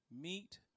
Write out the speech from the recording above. meet